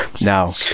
now